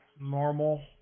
normal